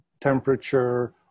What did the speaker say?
temperature